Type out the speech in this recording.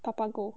Papago